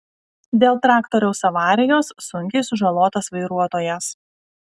dėl traktoriaus avarijos sunkiai sužalotas vairuotojas